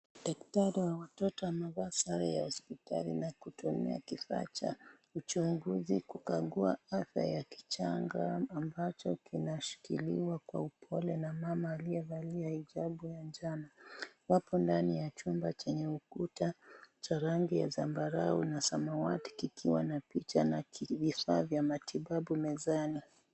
Daktari wa watoto amevaa sare ya hospitali na kutumia kifaa cha uchunguzi kukagua afya ya kichanga ambacho kinashikiliwa kwa upole na mama aliyevalia hijabu ya njano. Wapo ndani ya chumba chenye ukuta cha rangi ya zambarau na samawati ikiwa na picha na vifaa vya matibabu mezani.